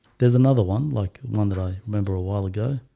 there's another one like one that i remember a while ago,